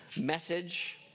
message